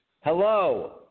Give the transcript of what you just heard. Hello